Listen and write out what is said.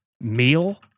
meal